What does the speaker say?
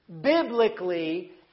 biblically